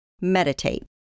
Meditate